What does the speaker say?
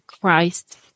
Christ